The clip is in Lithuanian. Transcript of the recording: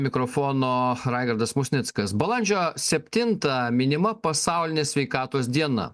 mikrofono raigardas musnickas balandžio septintą minima pasaulinė sveikatos diena